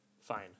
fine